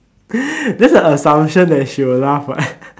that's an assumption that she will laugh what